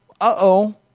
uh-oh